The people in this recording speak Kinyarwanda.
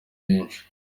benshi